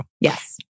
Yes